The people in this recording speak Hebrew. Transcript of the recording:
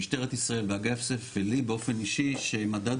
במשטרת ישראל באגף סיף ולי באופן אישי שמדד